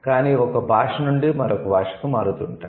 కాని అవి ఒక భాష నుండి మరొక భాషకు మారుతుంటాయి